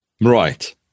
right